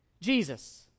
Jesus